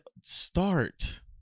start